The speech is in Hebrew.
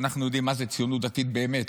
אנחנו יודעים מה זו ציונות דתית באמת,